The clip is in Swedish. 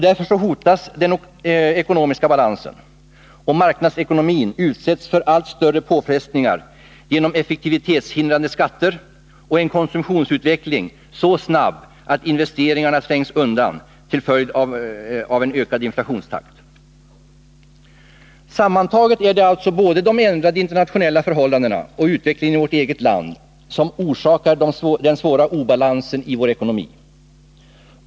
Därför hotas den ekonomiska balansen, och marknadsekonomin utsätts för allt större påfrestningar. Genom effektivitetshindrande skatter och en konsumtionsutveckling så snabb att investeringarna trängs undan till följd av en ökad inflationstakt. Sammantaget är det alltså både de ändrade internationella förhållandena och utvecklingen i vårt eget land som orsakar den svåra obalansen i vår ekonomi.